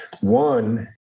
One